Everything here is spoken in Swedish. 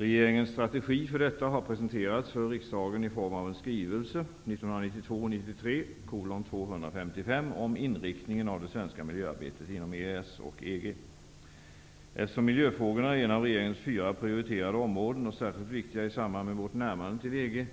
Regeringens strategi för detta har presenterats för riksdagen i form av en skrivelse Eftersom miljöfrågorna är en av regeringens fyra prioriterade områden, och särskilt viktiga i samband med vårt närmande till EG,